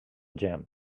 gym